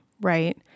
right